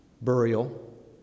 burial